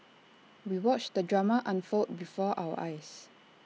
we watched the drama unfold before our eyes